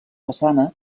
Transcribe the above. façana